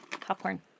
popcorn